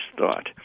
thought